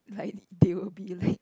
like they would be like